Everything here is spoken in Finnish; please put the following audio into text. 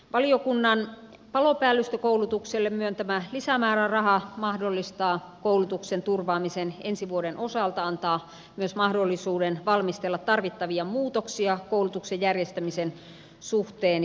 valiokunnan palopäällystökoulutukselle myöntämä lisämääräraha mahdollistaa koulutuksen turvaamisen ensi vuoden osalta ja se antaa myös mahdollisuuden valmistella tarvittavia muutoksia koulutuksen järjestämisen suhteen